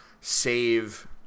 save